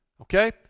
Okay